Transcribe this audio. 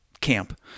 camp